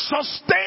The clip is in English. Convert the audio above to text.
Sustain